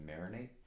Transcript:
marinate